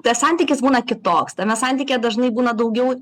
tas santykis būna kitoks tame santykyje dažnai būna daugiau